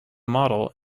model